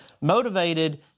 motivated